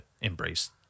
embrace